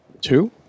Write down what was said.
Two